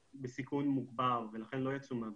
בסיכון מוגבר ולכן הם לא יצאו מהבתים,